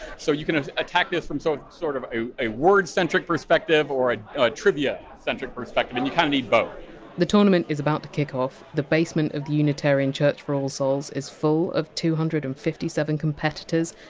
so you can attack this from so sort of a a word-centric perspective or a ah trivia perspective, and you kind of need both the tournament is about to kick off. the basement of the unitarian church for all souls is full of two hundred and fifty seven competitors,